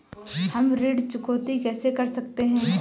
हम ऋण चुकौती कैसे कर सकते हैं?